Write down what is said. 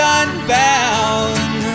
unbound